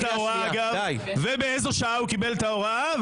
ההוראה ובאיזה שעה הוא קיבל את ההוראה,